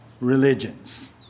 Religions